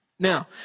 Now